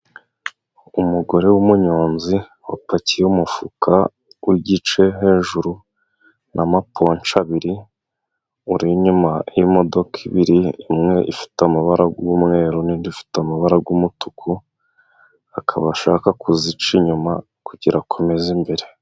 Umugore wumunyonzi wapakiye umufuka wigice hejuru n'amaponshi abiri, uri inyuma y'imodoka ebyiri ,imwe ifite amabara y'umweru n'indi ifite amabara y'umutuku, akaba ashaka kuzica inyuma, kugira akomeza imbere.